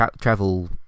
travel